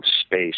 space